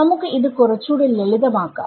നമുക്ക് ഇത് കുറച്ചൂടെ ലളിതം ആക്കാം